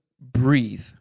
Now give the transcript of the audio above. breathe